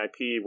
IP